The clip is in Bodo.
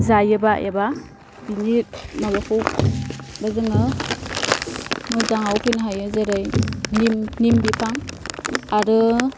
जायोबा एबा बिनि माबाखौबो जोङो मोजाङाव फैनो हायो जेरै निम निम बिफां आरो